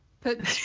put